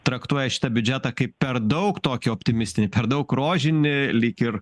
traktuoja šitą biudžetą kaip per daug tokį optimistinį per daug rožinį lyg ir